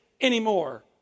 anymore